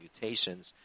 mutations